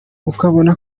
ukabona